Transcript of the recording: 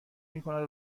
میکند